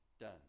done